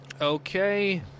Okay